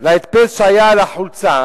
להדפס שהיה על החולצה.